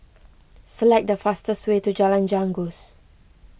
select the fastest way to Jalan Janggus